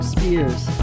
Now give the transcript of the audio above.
Spears